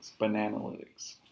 Bananalytics